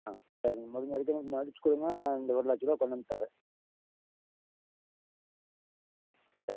ஆ சரிங்க முடிஞ்ச வரைக்கும் மன்னித்துக்கோங்க நான் இந்த ஒரு லட்சம் ரூபா கொண்டாந்து தரேன் சரி